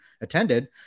attended